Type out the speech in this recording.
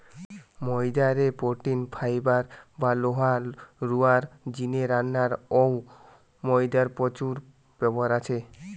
ময়দা রে protein, fibre বা লোহা রুয়ার জিনে রান্নায় অউ ময়দার প্রচুর ব্যবহার আছে